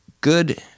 good